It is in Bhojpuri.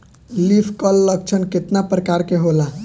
लीफ कल लक्षण केतना परकार के होला?